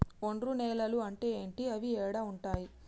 ఒండ్రు నేలలు అంటే ఏంటి? అవి ఏడ ఉంటాయి?